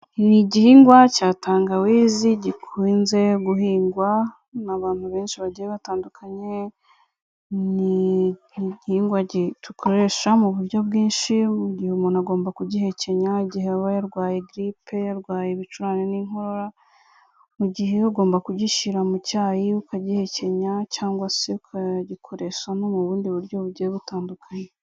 Ni igihingwa cya tangawizi gikunze guhingwa n'abantu benshi bagiye batandukanye, ni igihingwa gikoresha mu buryo bwinshi. Mu gihe umuntu agomba kugihekenya igihe aba yarwaye grippe, yarwaye ibicurane n'inkorora. Mu gihe ugomba kugishyira mu cyayi ukagihekenya cyangwa se ukagikoresha no mu bundi buryo bugiye butandukanye.